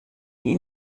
die